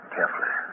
Carefully